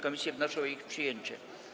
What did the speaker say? Komisje wnoszą o ich przyjęcie.